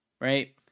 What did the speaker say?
right